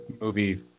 movie